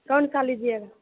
कौन सा लीजिएगा